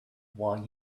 while